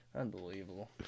Unbelievable